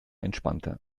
entspannter